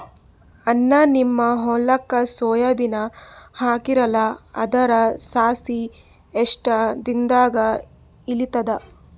ಅಣ್ಣಾ, ನಿಮ್ಮ ಹೊಲಕ್ಕ ಸೋಯ ಬೀನ ಹಾಕೀರಲಾ, ಅದರ ಸಸಿ ಎಷ್ಟ ದಿಂದಾಗ ಏಳತದ?